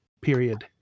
Period